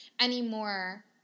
anymore